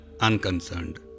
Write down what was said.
unconcerned